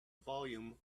volume